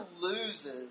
loses